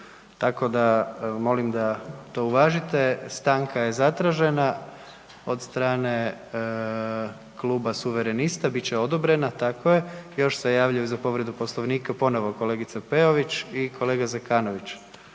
tako da molim da to uvažite. Stanka je zatražena od strane kluba Suverenista, bit će odobrena, tako je, još se javljaju za povredu Poslovnika ponovno kolegica Peović i kolega Zekanović.